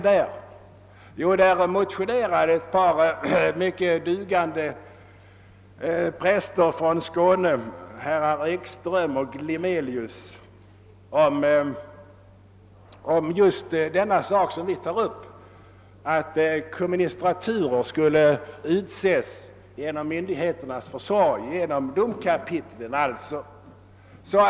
Där motionerade ett par mycket kunniga präster från Skåne, herrar Ekström och Glimelius, i just den fråga som vi tar upp, nämligen att komministraturer skulle tillsättas genom myndigheternas försorg, alltså genom domkapitlen, naturligtvis efter kyrkorådens hörande.